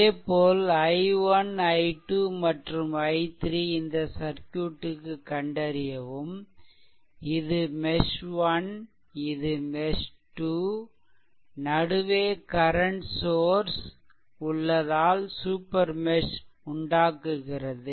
அதேபோல் i1 i2 மற்றும் i3 இந்த சர்க்யூட்க்கு கண்டறியவும் இது மெஷ்1 இது மெஷ்2 நடுவே கரண்ட் சோர்ஸ் உள்ளதால் சூப்பர் மெஷ் உண்டாக்குகிறது